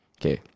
Okay